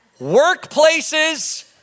workplaces